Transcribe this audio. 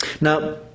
Now